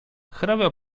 hrabia